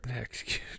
excuse